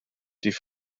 die